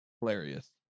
hilarious